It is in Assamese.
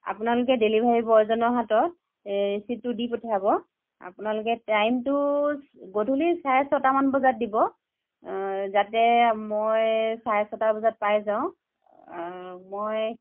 আপোনালোকে ডেলিভাৰী বয়জনৰ হাতত ৰিচিপ্তটো দি পঠিয়াব আপোনালোকে টাইমটো গধূলি চাৰে ছয়টামান বজাত দিব যাতে মই চাৰে ছটা বজাত পাই যাওঁ মই